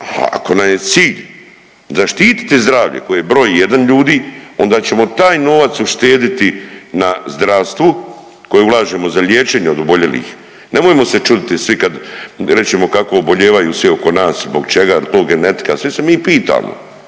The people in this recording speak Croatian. ako nam je cilj zaštiti zdravlje koje je broj jedan ljudi onda ćemo taj novac uštediti na zdravstvu koje ulažemo za liječenje od oboljelih. Nemojmo se čuditi svi kad rečemo kako obolijevaju svi oko nas, zbog čega jel to genetika, svi se mi pitamo.